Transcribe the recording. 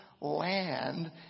land